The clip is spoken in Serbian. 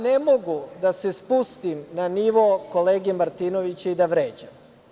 Ne mogu da se spustim na nivo kolege Martinovića i da vređam.